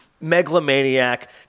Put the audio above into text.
megalomaniac